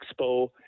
Expo